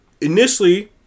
initially